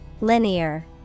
Linear